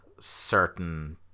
certain